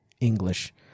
English